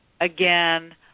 Again